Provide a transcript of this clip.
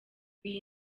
iyi